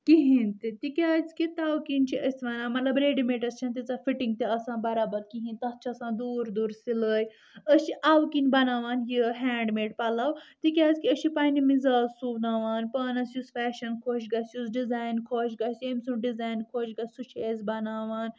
کہِنۍ تہِ تِکیازِ کہِ تو کِنۍ چھِ أسۍ ونان مطلب ریٚڈیمیڈس چھنہٕ تیٖژاہ فٹنگ تہِ آسان برابر کہینۍ تتھ چھِ آسان دوٗر دوٗر سِلٲے أسۍ چھِ او کِنۍ بناوان یہِ ہینٛڈ میڈ پلو تِکیازِ کہِ أسۍ چھِ پننہِ مزازٕ سُوناوان پانس یُس فیشن خۄش گژھہ یُس ڈِزایِن خۄش گژھہِ یمہِ سُنٛد ڈِزایِن خۄش گژھہِ سُہ چھِ أسۍ بناوان